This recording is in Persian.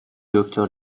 دکتر